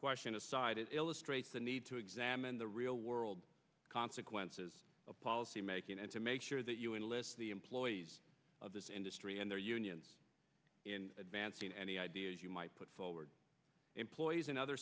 question aside it illustrates the need to examine the real world consequences of policy making and to make sure that you enlist the employees of this industry and their unions in advancing any ideas you might put forward employees in other